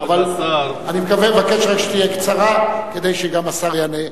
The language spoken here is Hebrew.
אבל אני מבקש רק שתהיה קצרה, כדי שגם השר יענה.